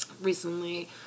recently